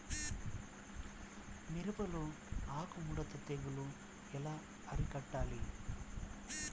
మిరపలో ఆకు ముడత తెగులు ఎలా అరికట్టాలి?